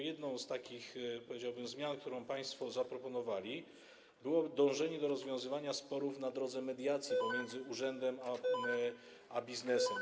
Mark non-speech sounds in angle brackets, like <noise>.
Jedną z takich, powiedziałbym, zmian, którą państwo zaproponowali, było dążenie do rozwiązywania sporów na drodze mediacji <noise> pomiędzy urzędem a biznesem.